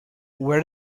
where